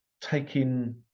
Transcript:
taking